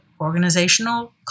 organizational